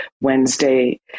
Wednesday